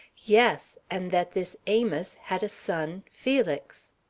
yes, and that this amos had a son, felix.